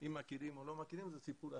אם מכירים או לא מכירים זה סיפור אחר,